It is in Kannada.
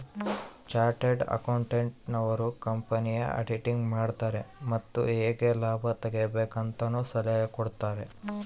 ಚಾರ್ಟೆಡ್ ಅಕೌಂಟೆಂಟ್ ನವರು ಕಂಪನಿಯ ಆಡಿಟಿಂಗ್ ಮಾಡುತಾರೆ ಮತ್ತು ಹೇಗೆ ಲಾಭ ತೆಗಿಬೇಕು ಅಂತನು ಸಲಹೆ ಕೊಡುತಾರೆ